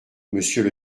monsieur